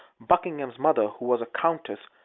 buckingham's mother, who was a countess,